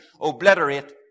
obliterate